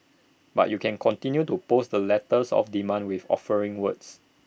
but you can continued to post the letters of demand with offering words